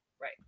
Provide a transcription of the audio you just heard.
Right